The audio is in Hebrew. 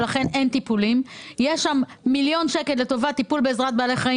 ויש מיליון שקל לטובת טיפול בעזרת בעלי חיים